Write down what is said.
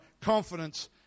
confidence